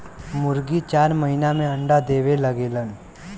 मुरगी चार महिना में अंडा देवे लगेले